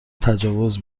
تجاوز